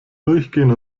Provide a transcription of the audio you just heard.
durchgehen